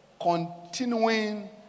continuing